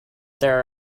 there